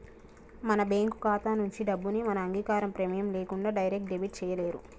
మన బ్యేంకు ఖాతా నుంచి డబ్బుని మన అంగీకారం, ప్రెమేయం లేకుండా డైరెక్ట్ డెబిట్ చేయలేరు